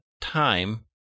time